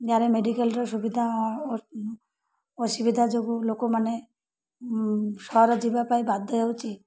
ଗାଁରେ ମେଡ଼ିକାଲର ସୁବିଧା ଅସୁବିଧା ଯୋଗୁଁ ଲୋକମାନେ ସହର ଯିବା ପାଇଁ ବାଧ୍ୟ ହେଉଛି